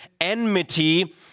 enmity